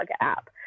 app